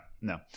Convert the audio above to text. no